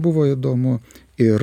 buvo įdomu ir